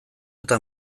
eta